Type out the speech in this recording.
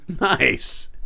Nice